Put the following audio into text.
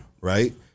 right